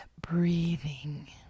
breathing